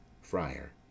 Friar